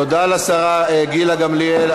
תודה לשרה גילה גמליאל.